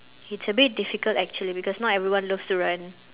it's a bit difficult actually because not everyone loves to run